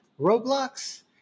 Roblox